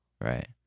right